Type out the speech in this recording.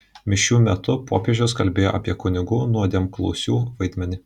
mišių metu popiežius kalbėjo apie kunigų nuodėmklausių vaidmenį